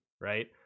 right